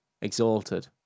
exalted